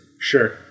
Sure